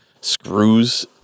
screws